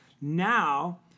Now